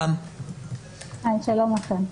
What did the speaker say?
שלום לכם.